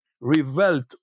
revolt